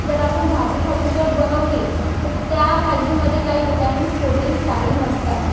जर आपण झाकूझाकू जर बनवली तर त्या भाजीमध्ये काही विटॅमिन्स प्रोटीन्स काही नसतात